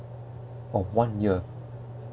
oh one year